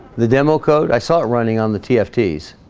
the demo code i saw it running on the tfts